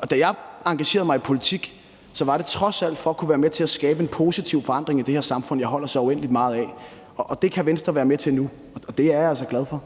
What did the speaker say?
Og da jeg engagerede mig i politik, var det trods alt for at kunne være med til at skabe en positiv forandring i det her samfund, jeg holder så uendelig meget af, og det kan Venstre være med til nu, og det er jeg altså glad for.